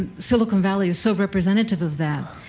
silicon valley is so representative of that.